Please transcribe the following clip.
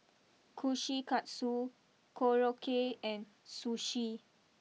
Kushikatsu Korokke and Sushi